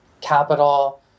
capital